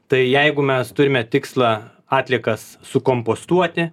tai jeigu mes turime tikslą atliekas sukompostuoti